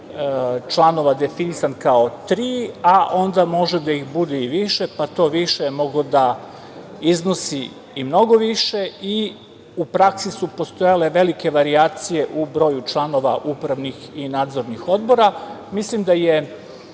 članova definisan kao tri, a onda može da ih bude i više, pa to više je moglo da iznosi i mnogo više i u praksi su postojale velike varijacije u broju članova upravnih i nadzornih odbora. Mislim da je